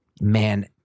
man